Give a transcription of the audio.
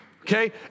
okay